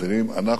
אנחנו,